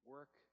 Work